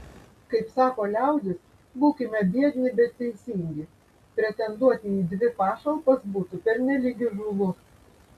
kaip sako liaudis būkime biedni bet teisingi pretenduoti į dvi pašalpas būtų pernelyg įžūlu